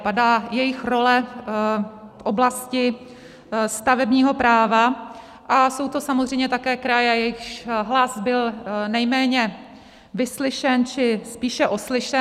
Padá jejich role v oblasti stavebního práva a jsou to samozřejmě také kraje, jejichž hlas byl nejméně vyslyšen či spíše oslyšen.